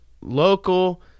local